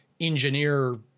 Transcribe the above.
engineer